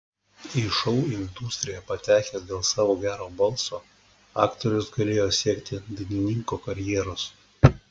į šou industriją patekęs dėl savo gero balso aktorius galėjo siekti dainininko karjeros